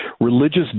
religious